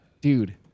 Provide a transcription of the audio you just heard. dude